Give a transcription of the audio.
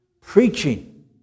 Preaching